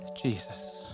Jesus